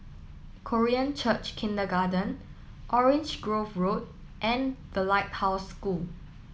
Korean Church Kindergarten Orange Grove Road and The Lighthouse School